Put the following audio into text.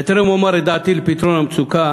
בטרם אומר את דעתי על הפתרון למצוקה,